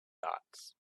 dots